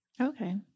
Okay